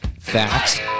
facts